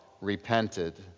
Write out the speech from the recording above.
repented